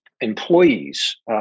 employees